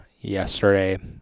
yesterday